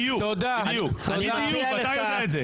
בדיוק, בדיוק, ואתה יודע את זה.